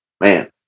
man